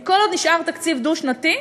כי כל עוד נשאר תקציב דו-שנתי,